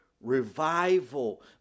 revival